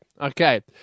Okay